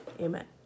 amen